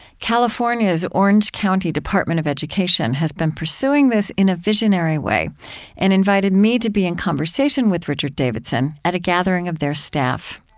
california's orange county department of education has been pursuing this in a visionary way and invited me to be in conversation with richard davidson at a gathering of their staff.